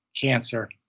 cancer